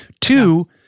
Two